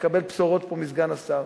לקבל בשורות פה מסגן השר,